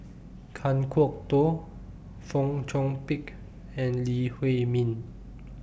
Kan Kwok Toh Fong Chong Pik and Lee Huei Min